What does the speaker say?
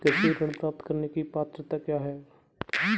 कृषि ऋण प्राप्त करने की पात्रता क्या है?